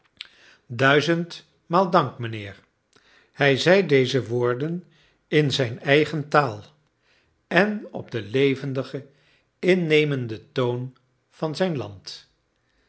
duizendmaal dank mijnheer hij zei deze woorden in zijn eigen taal en op den levendigen innemenden toon van zijn land